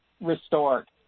restored